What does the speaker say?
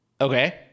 okay